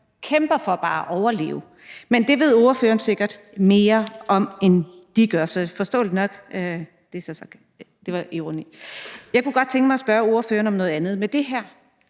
kæmper for bare at overleve. Men det ved ordføreren sikkert mere om, end de gør, så det er forståeligt nok sådan – det var ironi. Jeg kunne godt tænke mig at spørge ordføreren om noget andet. Med det her